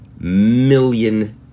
million